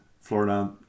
Florida